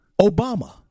Obama